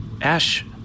Ash